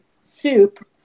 soup